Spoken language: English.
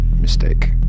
mistake